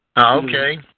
Okay